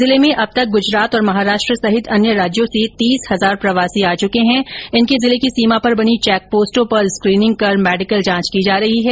जिले में अब तक गुजरात और महाराष्ट्र सहित अन्य राज्यों से तीस हजार प्रवासी आ चुके है जिनकी जिले की सीमा पर बनी चैकपोस्टों पर स्कीनिंग कर मेडिकल जांच की जा रही है